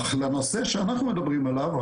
אך לנושא שאנחנו מדברים עליו,